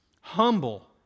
humble